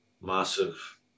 massive